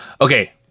Okay